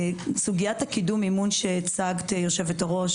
סוגיית קידום המימון שהציגה היושבת-ראש